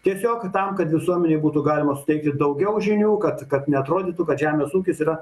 tiesiog tam kad visuomenei būtų galima suteikti daugiau žinių kad kad neatrodytų kad žemės ūkis yra